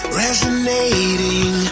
resonating